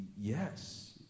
yes